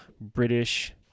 British